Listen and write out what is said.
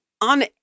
on